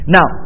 Now